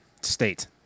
State